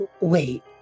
Wait